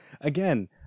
Again